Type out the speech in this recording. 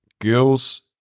Girls